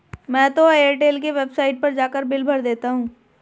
मैं तो एयरटेल के वेबसाइट पर जाकर बिल भर देता हूं